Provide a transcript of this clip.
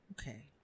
Okay